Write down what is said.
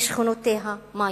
משכנותיה מים.